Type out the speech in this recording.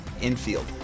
infield